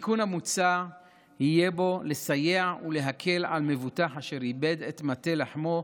בתיקון המוצע יהיה כדי לסייע ולהקל על מבוטח אשר איבד את מטה לחמו,